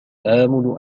آمل